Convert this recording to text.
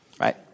right